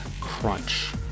crunch